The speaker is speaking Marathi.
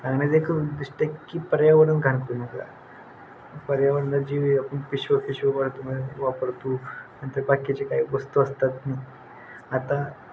आणिक एक दिसतं आहे की पर्यावरण घाणकूनय पर्यावरणा जीव आपण पिशव पिशवी वाढतो वापरतो नंतर बाकीचे काही वस्तू असतात ना आता